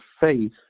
faith